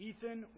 Ethan